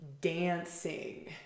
dancing